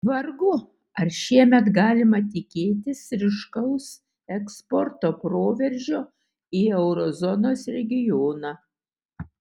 vargu ar šiemet galima tikėtis ryškaus eksporto proveržio į euro zonos regioną